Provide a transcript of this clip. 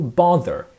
bother